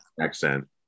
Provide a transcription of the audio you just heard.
accent